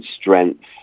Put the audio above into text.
strength